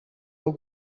aho